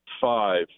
five